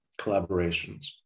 collaborations